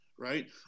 right